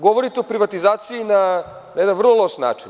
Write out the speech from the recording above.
Govorite o privatizaciji na jedan vrlo loš način.